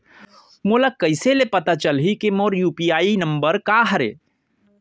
मोला कइसे ले पता चलही के मोर यू.पी.आई नंबर का हरे?